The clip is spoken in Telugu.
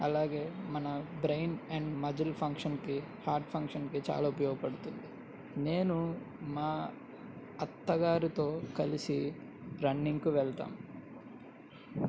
అలాగే మన బ్రెయిన్ అండ్ మజిల్ ఫంక్షన్కి హార్ట్ ఫంక్షన్కి చాలా ఉపయోగపడుతుంది నేను మా అత్తగారితో కలిసి రన్నింగ్కు వెళ్తాం